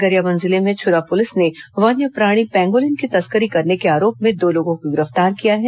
गरियाबंद जिले में छुरा पुलिस ने वन्यप्राणी पैंगोलिन की तस्करी करने के आरोप में दो लोगों को गिरफ्तार किया है